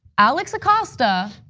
alex acosta,